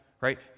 Right